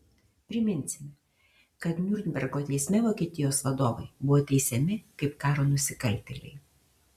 priminsime kad niurnbergo teisme vokietijos vadovai buvo teisiami kaip karo nusikaltėliai